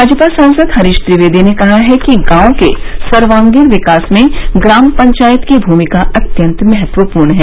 भाजपा सांसद हरीश द्विवेदी ने कहा कि गांव के सर्वांगीण विकास में ग्राम पंचायत की भूमिका अत्यन्त महत्वपूर्ण है